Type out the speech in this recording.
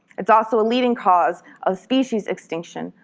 it is also a leading cause of species extinction,